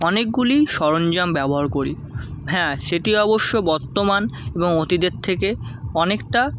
অনেকগুলি সরঞ্জাম ব্যবহার করি হ্যাঁ সেটি অবশ্য বর্তমান এবং অতীতের থেকে অনেকটা